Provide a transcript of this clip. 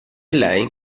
lei